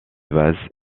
vases